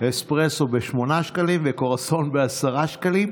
אספרסו ב-8 שקלים וקרואסון ב-10 שקלים.